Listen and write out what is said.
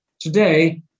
today